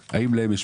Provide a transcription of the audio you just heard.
האם יש להם פתרון?